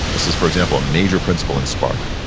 this is, for example, a major principle in sparta.